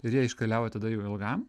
ir jie iškeliauja tada jau ilgam